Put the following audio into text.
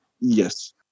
Yes